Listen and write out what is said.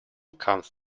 comes